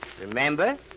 remember